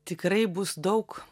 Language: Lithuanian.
tikrai bus daug